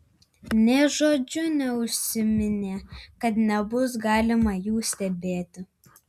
nė žodžiu neužsiminė kad nebus galima jų stebėti